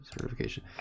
Certification